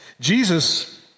Jesus